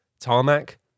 tarmac